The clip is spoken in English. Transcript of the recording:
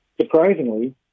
surprisingly